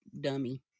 dummy